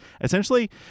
essentially